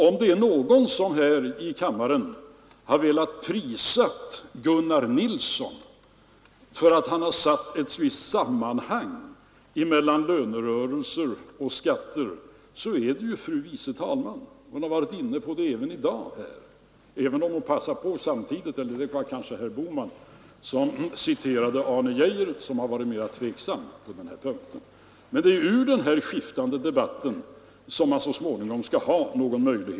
Om det är någon som här i kammaren har velat prisa Gunnar Nilsson för att han satt lönerörelser och skatter i ett visst sammanhang så är det fru andre vice talmannen. Hon har varit inne på det också i dag, även om hon samtidigt passade på — eller det var kanske herr Bohman — att citera Arne Geijer, som har varit mer tveksam på den här punkten.